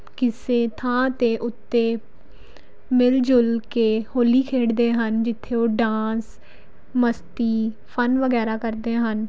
ਕਿਸੇ ਥਾਂ 'ਤੇ ਉੱਤੇ ਮਿਲਜੁਲ ਕੇ ਹੋਲੀ ਖੇਡਦੇ ਹਨ ਜਿੱਥੇ ਉਹ ਡਾਂਸ ਮਸਤੀ ਫਨ ਵਗੈਰਾ ਕਰਦੇ ਹਨ